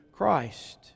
Christ